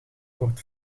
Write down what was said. wordt